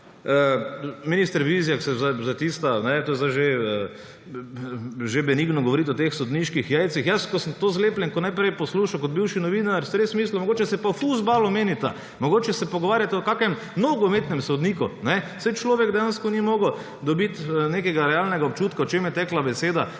minister Vizjak, zdaj je že benigno govoriti o teh sodniških jajcih. Ko sem to zlepljenko najprej poslušal kot bivši novinar, sem res mislil, mogoče se pa o fuzbalu menita, mogoče se pogovarjata o nogometnem sodniku. Saj človek dejansko ni mogel dobiti nekega realnega občutka, o čem je tekla beseda,